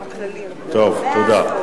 תודה.